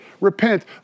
repent